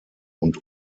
und